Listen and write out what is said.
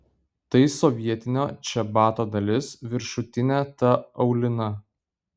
tai sovietinio čebato dalis viršutinė ta aulina